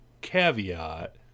caveat